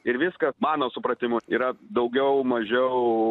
ir viskas mano supratimu yra daugiau mažiau